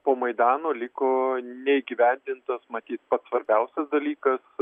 po maidano liko neįgyvendintas matyt pats svarbiausias dalykas